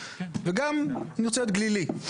ואני גם רוצה להיות גלילי.